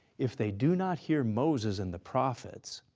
if they do not hear moses and the prophets,